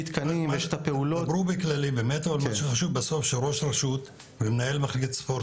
חשוב שראש רשות ומנהל מחלקת ספורט